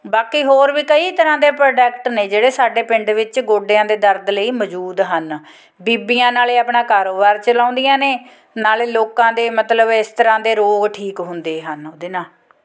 ਬਾਕੀ ਹੋਰ ਵੀ ਕਈ ਤਰ੍ਹਾਂ ਦੇ ਪ੍ਰੋਡਕਟ ਨੇ ਜਿਹੜੇ ਸਾਡੇ ਪਿੰਡ ਵਿੱਚ ਗੋਡਿਆਂ ਦੇ ਦਰਦ ਲਈ ਮੌਜੂਦ ਹਨ ਬੀਬੀਆਂ ਨਾਲੇ ਆਪਣਾ ਕਾਰੋਬਾਰ ਚਲਾਉਂਦੀਆਂ ਨੇ ਨਾਲੇ ਲੋਕਾਂ ਦੇ ਮਤਲਬ ਇਸ ਤਰ੍ਹਾਂ ਦੇ ਰੋਗ ਠੀਕ ਹੁੰਦੇ ਹਨ ਉਹਦੇ ਨਾਲ